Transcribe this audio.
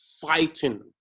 fighting